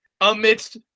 amidst